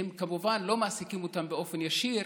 לא מעסיקים אותן באופן ישיר,